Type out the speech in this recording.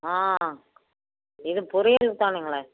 ஆ இது புரியுது தானுங்களே